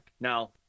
now